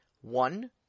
one